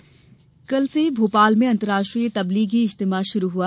इज्तिमा कल से भोपाल में अंतर्राष्ट्रीय तब्लिगी इज्तिमा शुरू हुआ